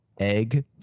egg